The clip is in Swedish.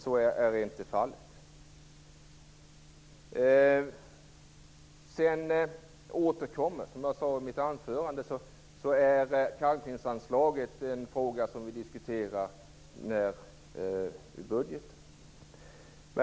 Så är inte fallet. Som jag sade i mitt anförande, är kalkningsanslaget en fråga som vi diskuterar när budgeten behandlas.